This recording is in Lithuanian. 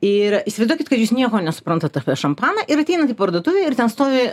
ir įsivaizduokit kad jūs nieko nesuprantat apie šampaną ir ateinat į parduotuvę ir ten stovi